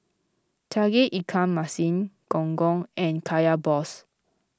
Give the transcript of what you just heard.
Tauge Ikan Masin Gong Gong and Kaya Balls